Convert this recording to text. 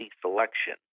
selection